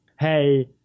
Hey